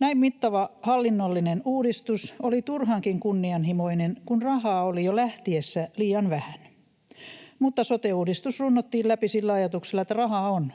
Näin mittava hallinnollinen uudistus oli turhankin kunnianhimoinen, kun rahaa oli jo lähtiessä liian vähän, mutta sote-uudistus runnottiin läpi sillä ajatuksella, että rahaa on,